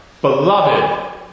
beloved